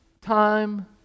time